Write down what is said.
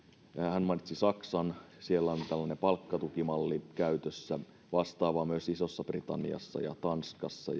hän mainitsi saksan ja siellä on tällainen palkkatukimalli käytössä vastaava on myös isossa britanniassa ja tanskassa